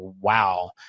wow